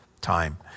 time